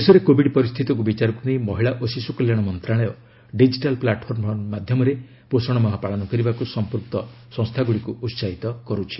ଦେଶରେ କୋବିଡ୍ ପରିସ୍ଥିତିକୁ ବିଚାରକୁ ନେଇ ମହିଳା ଓ ଶିଶୁ କଲ୍ୟାଣ ମନ୍ତ୍ରଣାଳୟ ଡିଜିଟାଲ୍ ପ୍ଲାଟଫର୍ମ ମାଧ୍ୟମରେ ପୋଷଣ ମାହ ପାଳନ କରିବାକୁ ସଂପୃକ୍ତ ସଂସ୍ଥାଗୁଡ଼ିକୁ ଉସାହିତ କରୁଛି